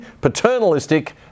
paternalistic